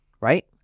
right